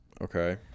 Okay